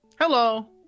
Hello